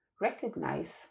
recognize